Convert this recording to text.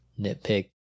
nitpick